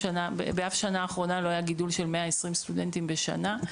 ובאף שנה לאחרונה לא היה גידול של 120 סטודנטים בשנה.